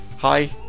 Hi